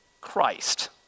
Christ